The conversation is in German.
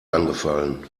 angefallen